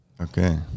Okay